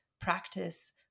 practice